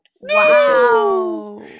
Wow